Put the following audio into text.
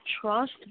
trust